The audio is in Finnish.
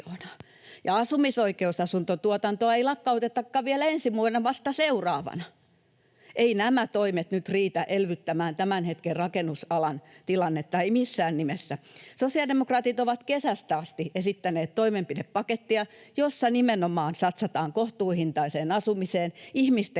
asumisoikeusasuntotuotantoa ei lakkautetakaan vielä ensi vuonna, vaan vasta seuraavana. Eivät nämä toimet nyt riitä elvyttämään tämän hetken rakennusalan tilannetta, eivät missään nimessä. Sosiaalidemokraatit ovat kesästä asti esittäneet toimenpidepakettia, jossa nimenomaan satsataan kohtuuhintaiseen asumiseen, ihmisten